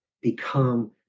become